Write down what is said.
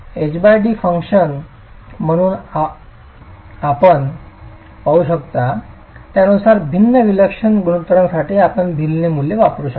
h d function म्हणून आणि आपण पाहू शकता त्यानुसार भिन्न विलक्षण गुणोत्तरांसाठी आपण भिन्न मूल्ये वापरू शकता